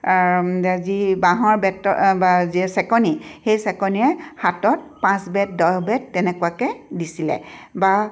যি বাঁহৰ বেতৰ বা যি চেকনি সেই চেকনিৰে হাতত পাঁচ বেত দহ বেত তেনেকুৱাকৈ দিছিলে বা